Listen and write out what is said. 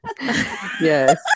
Yes